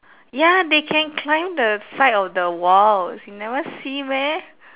ya they can climb the side of the walls you never see meh